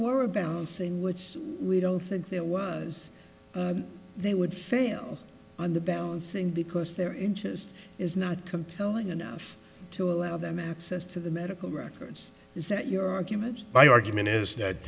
were a bouncing which we don't think there was they would fail on the balancing because their interest is not compelling enough to allow them access to the medical records is that your argument by argument is that